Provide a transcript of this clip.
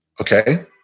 okay